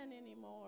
anymore